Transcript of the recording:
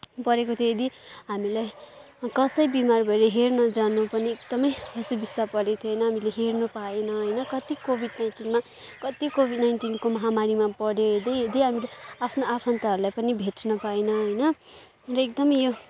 परेको थियो यदि हामीलाई कसै बिमार भएर हेर्न जान पनि एकदमै असुबिस्ता परेको थियो होइन हामीले हेर्न पाएनौँ होइन कति कोभिड नाइन्टिनमा कति कोभिड नाइन्टिनको महामारीमा परे यदि यदि हामीले आफ्नो आफन्तहरूलाई पनि भेट्न पाएनौँ होइन र एकदमै यो